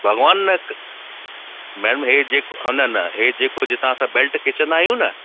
भॻवानु मैम इहो जेको न न इहो जेको जिता असां बेल्ट खीचंदा आहियूं न